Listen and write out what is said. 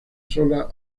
sola